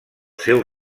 seu